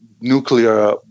nuclear